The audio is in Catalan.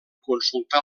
consultar